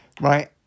right